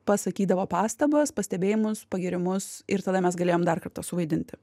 pasakydavo pastabas pastebėjimus pagyrimus ir tada mes galėjom dar kartą suvaidinti